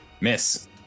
Miss